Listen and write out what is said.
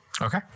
Okay